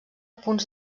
punts